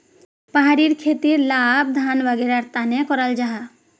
पहाड़ी खेतीर लाभ धान वागैरहर तने कराल जाहा